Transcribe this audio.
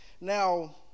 Now